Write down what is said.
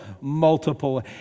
multiple